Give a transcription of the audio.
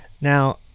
Now